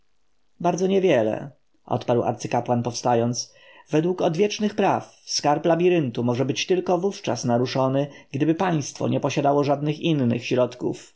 bardzo niewiele odparł arcykapłan powstając według odwiecznych praw skarb labiryntu może być tylko wówczas naruszony gdyby państwo nie posiadało żadnych innych środków